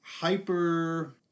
hyper